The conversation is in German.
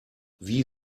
wie